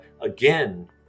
Again